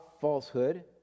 falsehood